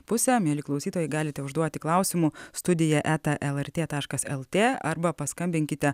pusę mieli klausytojai galite užduoti klausimų studija eta lrt taškas lt arba paskambinkite